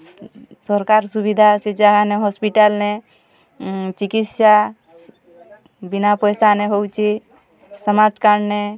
ସରକାର୍ ସୁବିଧା ସେ ଯାହାନେ ହସ୍ପିଟାଲ୍ ନେ ଚିକିତ୍ସା ବିନା ପଇସାନେ ହେଉଛେ ସ୍ମାର୍ଟ କାର୍ଡ୍ ନେ